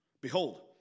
Behold